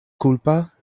kulpa